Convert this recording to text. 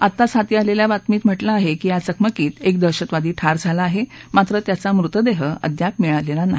आतच हाती आलेल्या बातमी म्हा कें आहे की या चकमकीत एक दहशतवादी ठार झाला आहे मात्र त्याचा मृतदेह अद्याप मिळालेला नाही